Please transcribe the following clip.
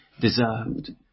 deserved